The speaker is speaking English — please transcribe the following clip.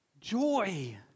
joy